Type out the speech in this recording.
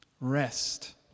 Rest